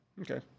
Okay